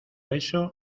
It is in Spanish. eso